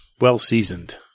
well-seasoned